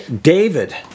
David